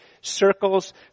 circles